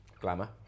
Glamour